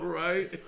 right